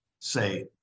say